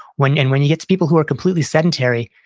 when and when you get to people who are completely sedentary,